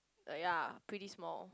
ya pretty small